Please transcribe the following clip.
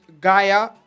Gaia